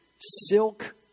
silk